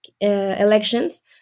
elections